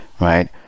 right